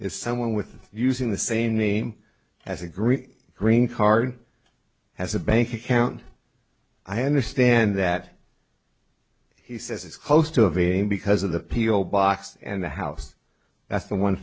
is someone with using the same name as a green green card has a bank account i understand that he says is close to it being because of the peel box and the house that's the one